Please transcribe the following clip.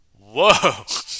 Whoa